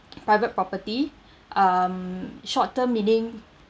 private property um short term meaning